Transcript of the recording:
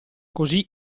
così